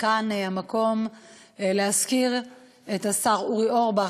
כאן המקום להזכיר את השר אורי אורבך,